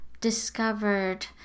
discovered